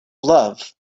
love